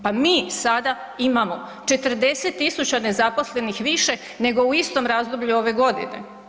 Pa mi sada imamo 40 tisuća nezaposlenih više, nego u istom razdoblju ove godine.